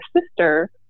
sister